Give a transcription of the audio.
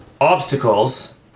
obstacles